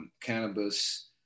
cannabis